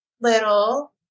little